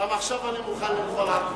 אדוני, גם עכשיו אני מוכן למחול על כבודי.